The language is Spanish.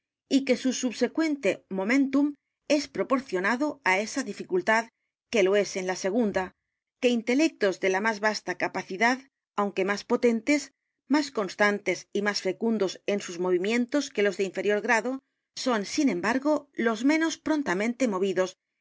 y que su subsecuente momentum es proporcionado á esa dificultad que lo es en la segunda que intelectos de la más vasta capacidad aunque más potentes más constantes y más fecundos en sus movimientos que los de inferior g r a d o son sin embargo los menos prontamente movidos